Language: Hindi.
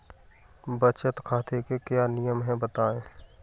बचत खाते के क्या नियम हैं बताएँ?